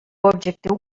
objectiu